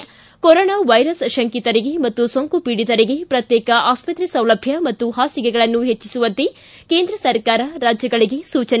ಿ corona virus ಶಂಕಿತರಿಗೆ ಮತ್ತು ಸೋಂಕು ಪೀಡಿತರಿಗೆ ಪ್ರತ್ಯೇಕ ಆಸ್ಪತ್ರೆ ಸೌಲಭ್ಯ ಮತ್ತು ಹಾಸಿಗೆಗಳನ್ನು ಹೆಚ್ಚಿಸುವಂತೆ ಕೇಂದ್ರ ಸರ್ಕಾರ ರಾಜ್ಯಗಳಿಗೆ ಸೂಚನೆ